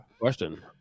question